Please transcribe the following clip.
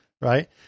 Right